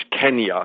Kenya